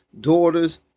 daughters